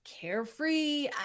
carefree